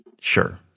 Sure